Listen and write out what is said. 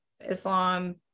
islam